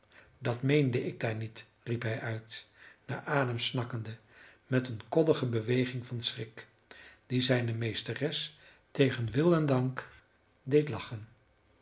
dat meende ik daar niet riep hij uit naar adem snakkende met eene koddige beweging van schrik die zijne meesteres tegen wil en dank deed lachen